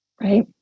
right